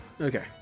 Okay